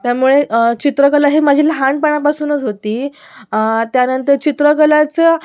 त्यामुळे चित्रकला हे माझी लहानपणापासूनच होती त्यानंतर चित्रकलाचं